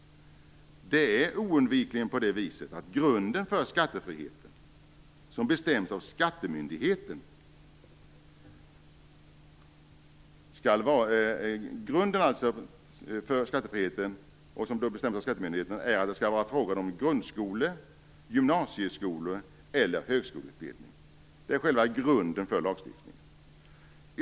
Det är oundvikligen på det viset att grunden för skattefriheten, som bestäms av skattemyndigheten, är att det skall vara frågan om grundskole-, gymnasieskole eller högskoleutbildning. Det är själva grunden för lagstiftningen.